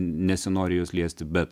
nesinori jos liesti bet